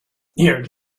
here